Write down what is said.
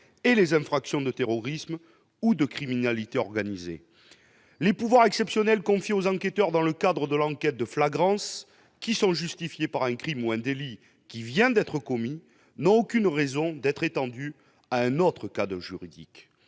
ou des infractions de terrorisme ou de criminalité organisée. Les pouvoirs exceptionnels confiés aux enquêteurs dans le cadre de l'enquête de flagrance, qui sont justifiés par un crime ou par un délit qui vient d'être commis, n'ont aucune raison d'être étendus à un autre cadre juridique.